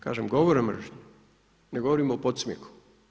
Kažem govora mržnje, ne govorim o podsmijehu.